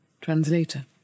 Translator